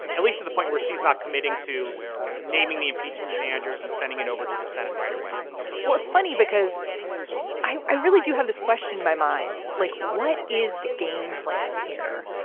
at least to the point where she's not committing to naming the impeachment managers and sending it over to the senate right away well, it's funny, because i really do have this question my mind, like what is the game plan here?